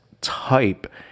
type